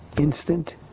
instant